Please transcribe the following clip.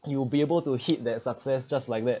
you will be able to hit that success just like that